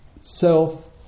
self